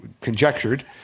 conjectured